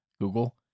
Google